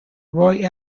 roy